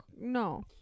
no